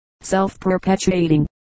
self-perpetuating